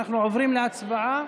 אנחנו עוברים להצבעה